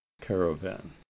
caravan